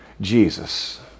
Jesus